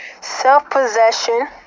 Self-possession